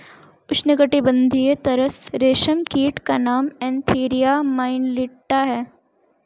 उष्णकटिबंधीय तसर रेशम कीट का नाम एन्थीरिया माइलिट्टा है